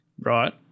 Right